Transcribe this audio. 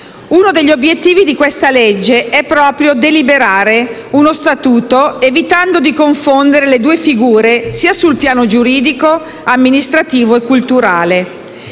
Uno degli obiettivi di questa legge è proprio deliberare uno statuto evitando di confondere le due figure sul piano giuridico, amministrativo e culturale.